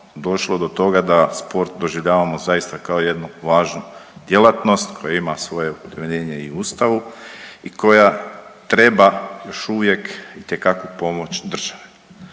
došlo do toga da sport doživljavamo zaista kao jednu važnu djelatnost koje ima svoje utemeljenje i u ustavu i koja treba još uvijek itekakvu pomoć države.